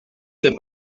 c’est